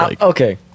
Okay